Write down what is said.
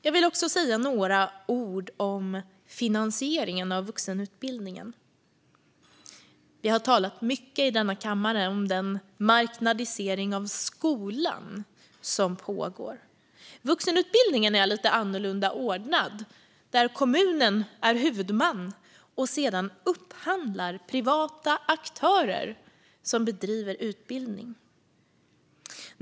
Jag vill också säga några ord om finansieringen av vuxenutbildningen. Vi har i denna kammare talat mycket om den marknadisering av skolan som pågår. Vuxenutbildningen är lite annorlunda ordnad. Där är kommunen huvudman och upphandlar sedan privata aktörer som bedriver utbildning.